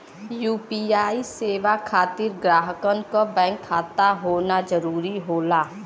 UPI सेवा के खातिर ग्राहकन क बैंक खाता होना जरुरी होला